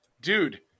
dude